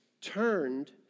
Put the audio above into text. turned